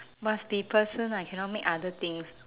must be person ah cannot make other things